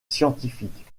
scientifiques